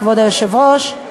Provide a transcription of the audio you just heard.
כבוד היושב-ראש,